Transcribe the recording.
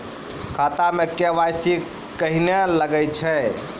खाता मे के.वाई.सी कहिने लगय छै?